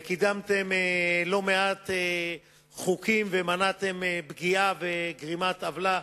וקידמתם לא מעט חוקים ומנעתם פגיעה וגרימת עוולה